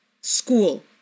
school